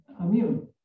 immune